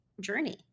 journey